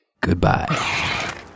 Goodbye